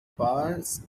past